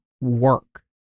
work